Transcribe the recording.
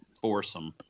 foursome